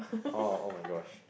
orh [oh]-my-gosh